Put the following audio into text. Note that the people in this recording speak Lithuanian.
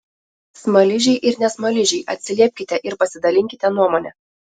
smaližiai ir ne smaližiai atsiliepkite ir pasidalinkite nuomone